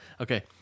Okay